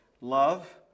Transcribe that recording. love